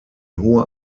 hoher